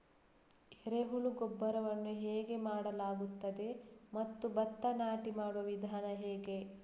ಎರೆಹುಳು ಗೊಬ್ಬರವನ್ನು ಹೇಗೆ ಮಾಡಲಾಗುತ್ತದೆ ಮತ್ತು ಭತ್ತ ನಾಟಿ ಮಾಡುವ ವಿಧಾನ ಹೇಗೆ?